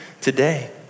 today